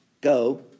Go